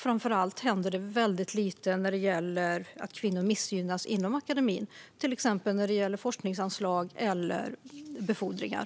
Framför allt händer det väldigt lite vad gäller att kvinnor missgynnas inom den akademiska världen, till exempel i fråga om forskningsanslag och befordringar.